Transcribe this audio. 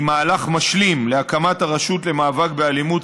מהלך משלים להקמת הרשות למאבק באלימות,